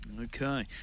Okay